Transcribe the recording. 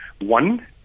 One